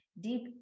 deep